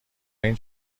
این